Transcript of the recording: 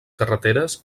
carreteres